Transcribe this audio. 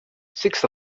six